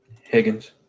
Higgins